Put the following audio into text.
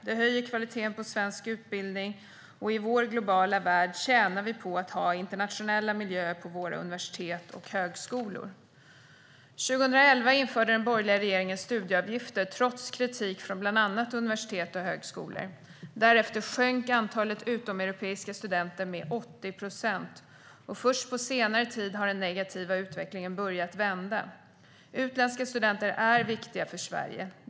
Det höjer kvaliteten på svensk utbildning, och i vår globala värld tjänar vi på att ha internationella miljöer på våra universitet och högskolor. År 2011 införde den borgerliga regeringen studieavgifter, trots kritik från bland annat universitet och högskolor. Därefter sjönk antalet utomeuropeiska studenter med 80 procent, och först på senare tid har den negativa utvecklingen börjat vända. Utländska studenter är viktiga för Sverige.